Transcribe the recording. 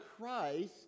Christ